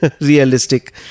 realistic